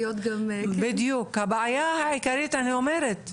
הבעיה העיקרית אני אומרת,